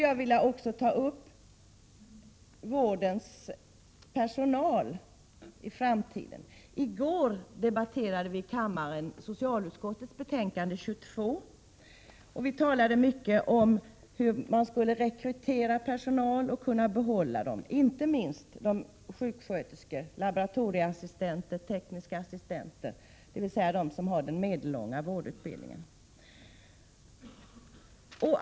Jag vill också ta upp frågan om vårdpersonalens situation i framtiden. I går debatterade vi i kammaren socialutskottets betänkande 22. Vi talade då mycket om hur man skulle rekrytera personal och kunna behålla den, inte minst sjuksköterskor, laboratorieassistenter och tekniska assistenter, dvs. de som har den medellånga vårdutbildningen.